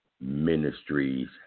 Ministries